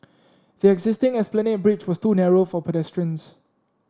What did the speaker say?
the existing Esplanade Bridge was too narrow for pedestrians